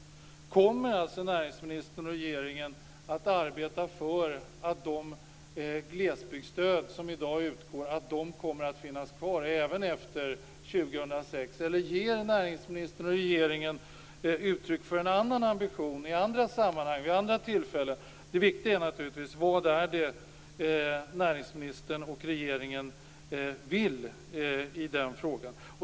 Kommer näringsministern och regeringen att arbeta för att de glesbygdsstöd som i dag utgår skall finnas kvar även efter 2006? Eller ger näringsministern och regeringen i andra sammanhang och vid andra tillfällen uttryck för en annan ambition? Det viktiga är naturligtvis vad näringsministern och regeringen vill i frågan.